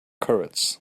courage